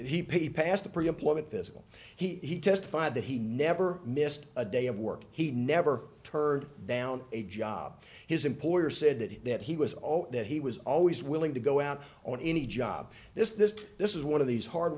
paid past the pre employment physical he testified that he never missed a day of work he never turned down a job his employer said that he was all that he was always willing to go out on any job this this this was one of these hard